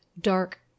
dark